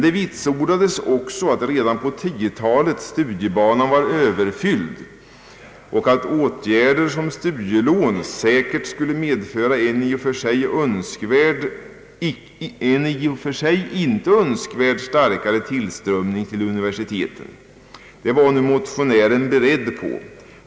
Det vitsordades också att redan på 1910-talet studiebanan var överfylld och att åtgärder som studielån säkert skulle medföra en i och för sig inte önskvärd starkare tillströmning till universiteten. Det var nu motionären beredd på.